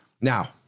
now